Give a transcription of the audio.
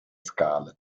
scale